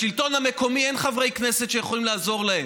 לשלטון המקומי אין חברי כנסת שיכולים לעזור להם,